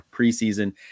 preseason